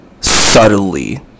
subtly